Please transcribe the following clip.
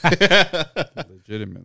Legitimately